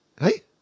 Hey